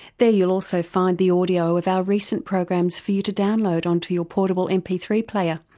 there you'll also find the audio of our recent programs for you to download onto your portable m p three player.